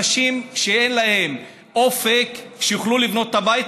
אנשים שאין להם אופק שהם יוכלו לבנות את הבית,